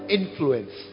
influence